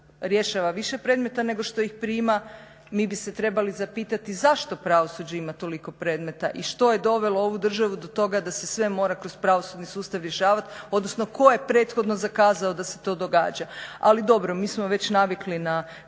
rješava više predmeta nego što ih prima. Mi bi se trebali zapitati zašto pravosuđe ima toliko predmeta i što je dovelo ovu državu da se sve mora kroz pravosudni sustav rješavati, odnosno tko je prethodno zakazao da se to događa. Ali dobro, mi smo već navikli na